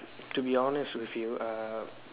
to be honest with you um